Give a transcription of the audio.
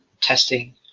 testing